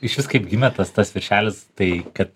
išvis kaip gimė tas tas viršelis tai kad